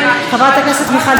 חברת הכנסת מיכל בירן,